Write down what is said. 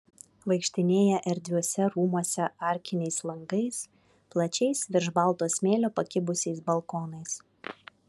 vaikštinėja erdviuose rūmuose arkiniais langais plačiais virš balto smėlio pakibusiais balkonais